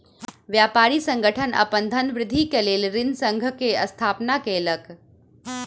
व्यापारी संगठन अपन धनवृद्धि के लेल ऋण संघक स्थापना केलक